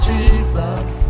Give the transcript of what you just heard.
Jesus